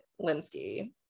Linsky